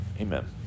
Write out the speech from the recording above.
Amen